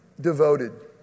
devoted